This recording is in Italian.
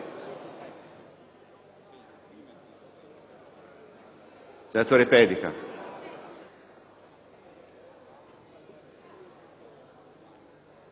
Grazie,